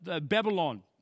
Babylon